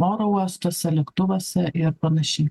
oro uostuose lėktuvuose ir panašiai